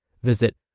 Visit